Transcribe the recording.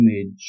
image